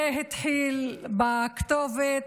זה התחיל בכתובת